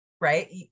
right